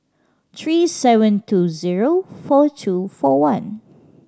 three seven two zero four two four one